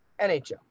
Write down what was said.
NHL